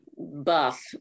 buff